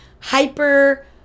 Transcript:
hyper